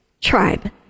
Tribe